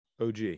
OG